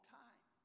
time